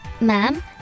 ma'am